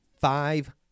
five